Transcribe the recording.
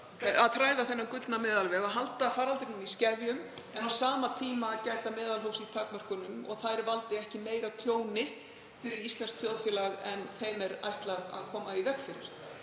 að þræða þennan gullna meðalveg; að halda faraldrinum í skefjum en gæta á sama tíma meðalhófs í takmörkunum og að þær valdi ekki meira tjóni fyrir íslenskt samfélag en þeim er ætlað að koma í veg fyrir.